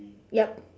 yup